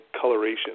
coloration